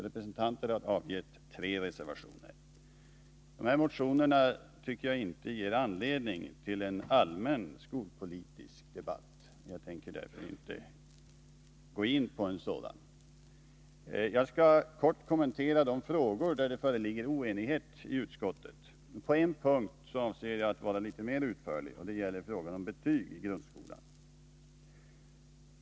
Jag anser inte att dessa motioner ger anledning till en allmän skolpolitisk debatt, och jag tänker därför inte gå in på en sådan. Jag skall kort kommentera de frågor vilka det i utskottet föreligger oenighet om. På en punkt avser jag att vara litet mera utförlig — det gäller frågan om betyg i grundskolan.